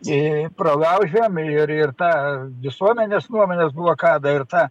pralaužė ir ir tą visuomenės nuomonės blokadą ir tą